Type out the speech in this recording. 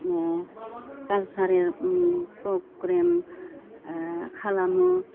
कालसारेल programme खालामो